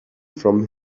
from